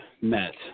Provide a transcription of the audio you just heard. met